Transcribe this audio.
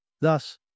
Thus